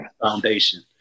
Foundation